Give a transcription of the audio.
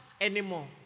anymore